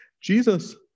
Jesus